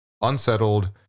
unsettled